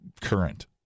current